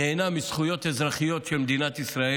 הוא נהנה מזכויות אזרחיות של מדינת ישראל